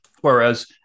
Whereas